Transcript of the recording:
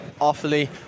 awfully